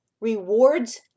rewards